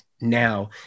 now